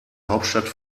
hauptstadt